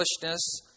foolishness